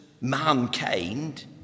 mankind